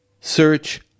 Search